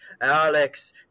Alex